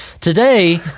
Today